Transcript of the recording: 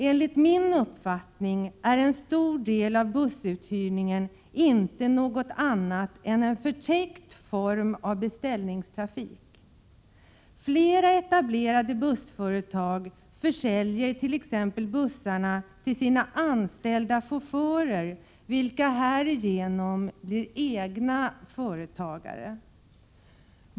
Enligt min uppfattning är en stor del av bussuthyrningen inte något annat än en förtäckt form av beställningstrafik. Flera etablerade bussföretag försäljer t.ex. bussarna till sina anställda chaufförer, vilka härigenom blir egna företagare.